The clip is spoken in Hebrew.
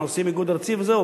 אנחנו עושים איגוד ארצי וזהו.